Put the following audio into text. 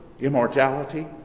immortality